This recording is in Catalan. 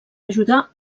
ajudar